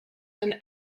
and